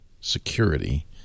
security